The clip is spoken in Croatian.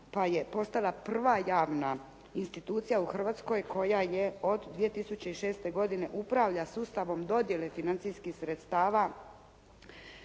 pa je postala prva javna institucija u Hrvatskoj koja od 2006. upravlja sustavom dodjele financijskih sredstava